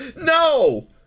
no